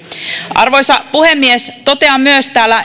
arvoisa puhemies totean myös täällä